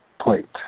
plate